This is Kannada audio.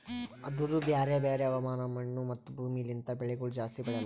ಆದೂರು ಬ್ಯಾರೆ ಬ್ಯಾರೆ ಹವಾಮಾನ, ಮಣ್ಣು, ಮತ್ತ ಭೂಮಿ ಲಿಂತ್ ಬೆಳಿಗೊಳ್ ಜಾಸ್ತಿ ಬೆಳೆಲ್ಲಾ